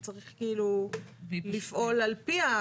וצריך לפעול על פיה.